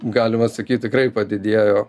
galima sakyt tikrai padidėjo